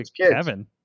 Kevin